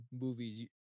movies